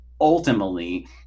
ultimately